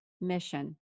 mission